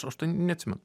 aš tai neatsimenu